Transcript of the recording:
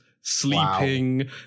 sleeping